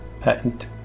Patent